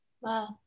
Wow